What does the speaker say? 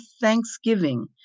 thanksgiving